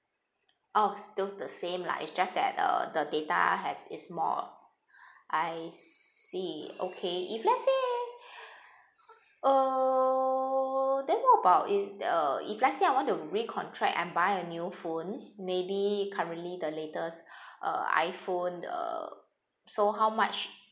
oh still the same lah it's just that uh the data has is more I see okay if let's say then what about if uh if let's say I want to recontract and buy a new phone maybe currently the latest uh iphone uh so how much